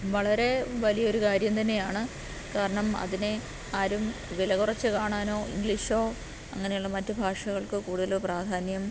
വളരെ വലിയൊരു കാര്യം തന്നെയാണ് കാരണം അതിനെ ആരും വിലകുറച്ച് കാണാനോ ഇംഗ്ലീഷോ അങ്ങനെ ഉള്ള മറ്റു ഭാഷകൾക്ക് കൂടുതൽ പ്രാധാന്യം